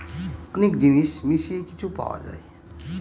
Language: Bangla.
অনেক জিনিস মিশিয়ে কিছু পাওয়া যায়